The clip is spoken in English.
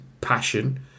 passion